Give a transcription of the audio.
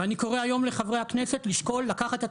ואני קורא היום לחברי הכנסת לשקול לקחת את